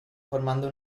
formando